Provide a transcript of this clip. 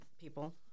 people